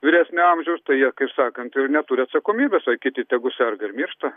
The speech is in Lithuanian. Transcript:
vyresnio amžiaus tai jie kaip sakant neturi atsakomybės o kiti tegu serga ir miršta